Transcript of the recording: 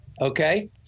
Okay